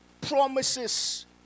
promises